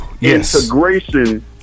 Integration